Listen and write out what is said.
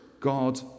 God